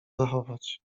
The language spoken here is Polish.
zachować